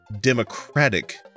democratic